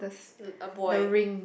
a buoy